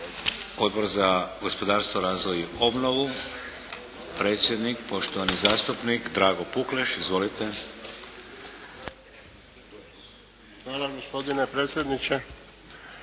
Odbor za gospodarstvo, razvoj i obnovu, predsjednik poštovani zastupnik Drago Pukleš. Izvolite. **Pukleš, Dragutin